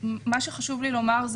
מה שחשוב לי לומר הוא